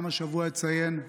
גם השבוע אציין,